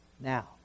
Now